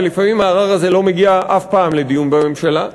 ולפעמים הערר הזה לא מגיע אף פעם לדיון בממשלה,